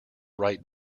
right